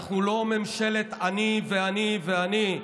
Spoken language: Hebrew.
אנחנו לא ממשלת "אני ואני ואני",